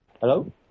Hello